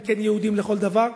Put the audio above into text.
הם יהודים לכל דבר.